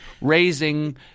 raising